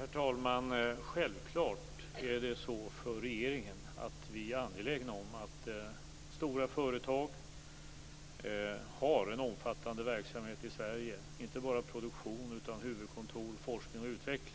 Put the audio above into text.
Herr talman! Självfallet är vi inom regeringen angelägna om att stora företag har en omfattande verksamhet i Sverige, inte bara produktion utan huvudkontor, forskning och utveckling.